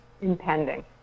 impending